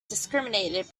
discriminated